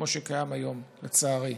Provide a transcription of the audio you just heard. כמו שקיים היום, לצערי.